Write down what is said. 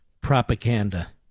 propaganda